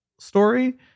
story